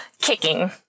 kicking